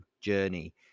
journey